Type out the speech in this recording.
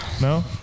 no